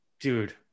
Dude